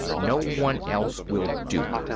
no one else will do.